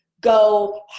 go